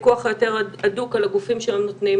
הפיקוח ההדוק יותר על הגופים שהיום נותנים